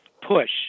Push